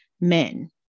men